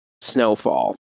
snowfall